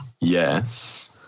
yes